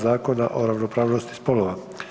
Zakona o ravnopravnosti spolova.